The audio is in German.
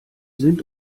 sind